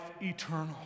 eternal